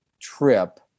trip